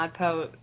Modpo